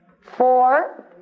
Four